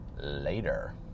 later